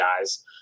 guys